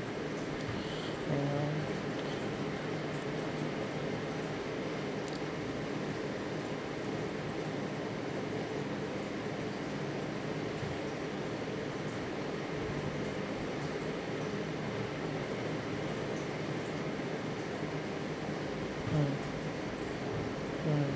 you know mm mm